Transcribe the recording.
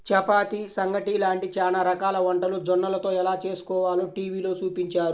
చపాతీ, సంగటి లాంటి చానా రకాల వంటలు జొన్నలతో ఎలా చేస్కోవాలో టీవీలో చూపించారు